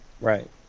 Right